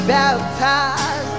baptized